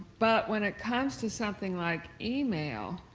but when it comes to something like email,